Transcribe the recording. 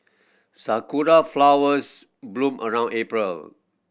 sakura flowers bloom around April